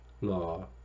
law